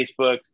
Facebook